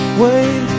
wait